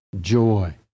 joy